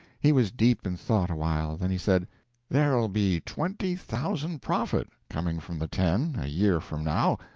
he was deep in thought awhile, then he said there'll be twenty thousand profit coming from the ten a year from now.